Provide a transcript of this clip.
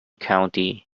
county